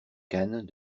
cannes